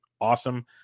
awesome